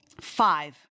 five